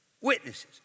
witnesses